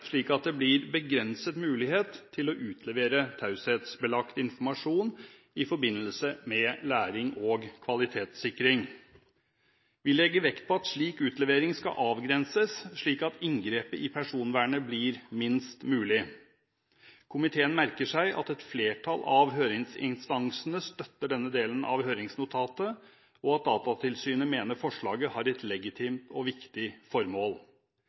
slik at det blir begrenset mulighet til å utlevere taushetsbelagt informasjon i forbindelse med læring og kvalitetssikring. Vi legger vekt på at slik utlevering skal avgrenses slik at inngrepet i personvernet blir minst mulig. Komiteen merker seg at et flertall av høringsinstansene støtter denne delen av høringsnotatet, og at Datatilsynet mener forslaget har et legitimt og viktig formål.